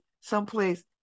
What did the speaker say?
someplace